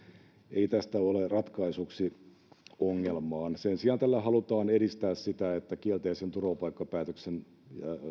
ei tästä ole ratkaisuksi ongelmaan sen sijaan tällä halutaan edistää sitä että kielteisen turvapaikkapäätöksen